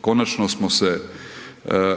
konačno smo se